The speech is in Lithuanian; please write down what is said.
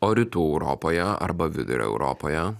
o rytų europoje arba vidurio europoje